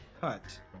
Cut